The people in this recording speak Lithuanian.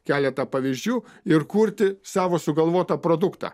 keletą pavyzdžių ir kurti savo sugalvotą produktą